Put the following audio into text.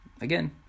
again